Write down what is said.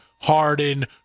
Harden